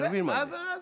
אתה מבין מה זה.